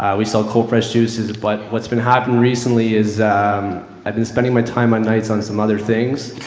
we sell cold fresh juices but what's been happening recently is i've been spending my time on nights on some other things.